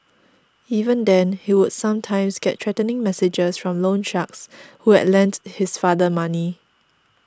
even then he would sometimes get threatening messages from loan sharks who had lent his father money